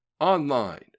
online